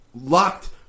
locked